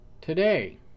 today